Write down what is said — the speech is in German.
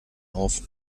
auf